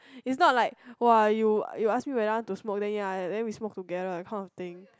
is not like !wah! you you ask me we want to smoke then ya we smoke together that kind of thing